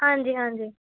ਹਾਂਜੀ ਹਾਂਜੀ